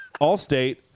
Allstate